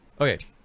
okay